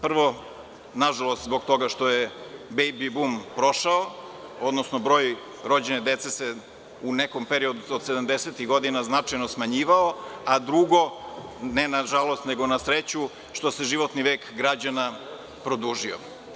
Prvo, nažalost, zbog toga što je „bejbi bum“ prošao, odnosno broj rođene dece se u nekom periodu od 70-ih značajno smanjivao, a drugo, ne nažalost, nego na sreću, životni vek građana se produžio.